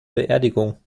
beerdigung